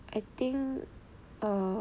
I think err